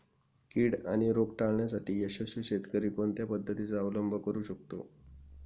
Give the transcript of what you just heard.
कीड आणि रोग टाळण्यासाठी यशस्वी शेतकरी कोणत्या पद्धतींचा अवलंब करू शकतो?